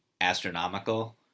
astronomical